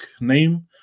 name